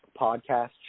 podcast